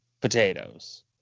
potatoes